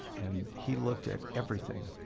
and he looked at everything